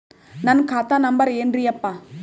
ನನ್ನ ಖಾತಾ ನಂಬರ್ ಏನ್ರೀ ಯಪ್ಪಾ?